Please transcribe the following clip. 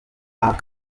aha